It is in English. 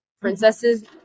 princesses